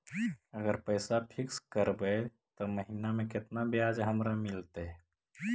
अगर पैसा फिक्स करबै त महिना मे केतना ब्याज हमरा मिलतै?